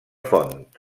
font